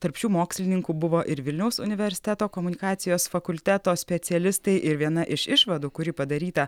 tarp šių mokslininkų buvo ir vilniaus universiteto komunikacijos fakulteto specialistai ir viena iš išvadų kuri padaryta